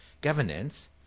governance